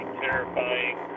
terrifying